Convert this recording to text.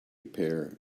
pair